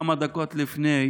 מזיקה במרחב הציבורי,